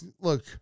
look